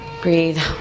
Breathe